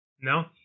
no